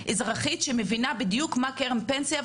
אזרחית שמבינה בדיוק מהי קרן פנסיה,